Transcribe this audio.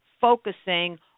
focusing